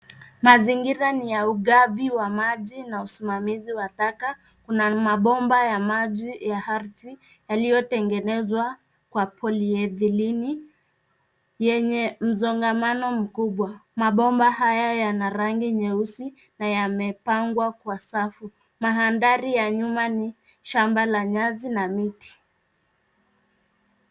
Mazingira ni ya ugavi wa maji na usimamizi wa taka. Kuna mabomba ya maji ya ardhi yaliyotengenezwa kwa polyethylene yenye msongamano mkubwa. Mabomba haya yana rangi nyeusi na yamepangwa kwa safu. Mandhari ya nyuma ni shamba la nyasi na miti.